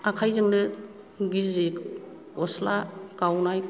आखायजोंनो गिजि गस्ला गावनाय